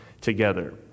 together